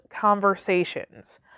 conversations